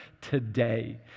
today